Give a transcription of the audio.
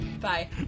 Bye